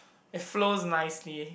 it flows nicely